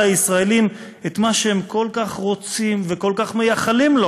לישראלים את מה שהם כל כך רוצים וכל כך מייחלים לו,